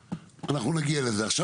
נכון.